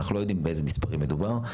אנחנו לא יודעים באיזה מספרים מדובר.